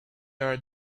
are